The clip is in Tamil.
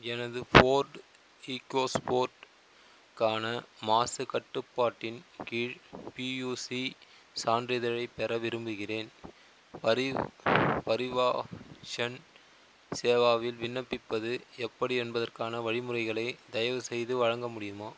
எனது ஃபோர்டு ஈக்கோஸ்ஃபோர்ட்க்கான மாசுக் கட்டுப்பாட்டின் கீழ் பியுசி சான்றிதழைப் பெற விரும்புகிறேன் பரி பரிவாஹன் சேவாவில் விண்ணப்பிப்பது எப்படி என்பதற்கான வழி முறைகளை தயவுசெய்து வழங்க முடியுமா